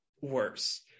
worse